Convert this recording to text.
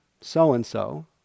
so-and-so